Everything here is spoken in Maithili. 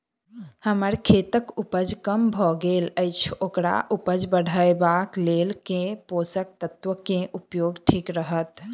हम्मर खेतक उपज कम भऽ गेल अछि ओकर उपज बढ़ेबाक लेल केँ पोसक तत्व केँ उपयोग ठीक रहत?